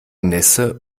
nässe